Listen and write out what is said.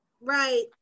right